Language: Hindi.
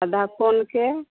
खड्ढा खोदकर